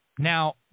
Now